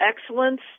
excellence